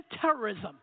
terrorism